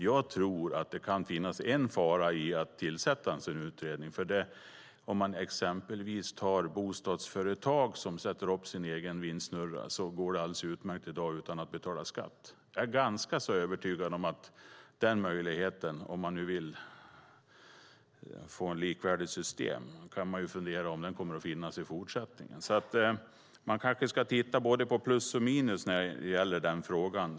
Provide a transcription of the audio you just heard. Jag tror att det kan finnas en fara med att tillsätta en utredning. Om exempelvis bostadsföretag sätter upp en egen vindsnurra går det alldeles utmärkt i dag utan att betala skatt. Om man vill få ett likvärdigt system kan man fundera på om den möjligheten kommer att finnas i fortsättningen. Man kanske ska titta på både plus och minus när det gäller den frågan.